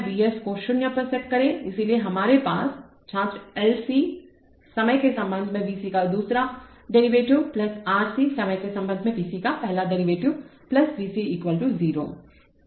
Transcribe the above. V S को 0 पर set करें इसलिए हमारे पास छात्र L C × समय के संबंध में V C का दूसरा डेरीवेटिव R Cसमय के संबंध में V C का पहला व्युत्पन्न V C 0